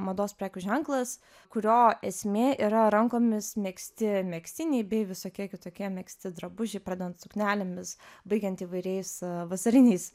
mados prekių ženklas kurio esmė yra rankomis megzti megztiniai bei visokie kitokie megzti drabužiai pradedant suknelėmis baigiant įvairiais vasariniais